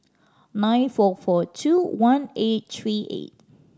nine four four two one eight three eight